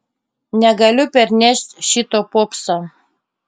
negaliu pernešt šito popso